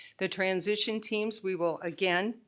the transition teams, we will again,